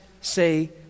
say